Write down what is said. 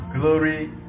Glory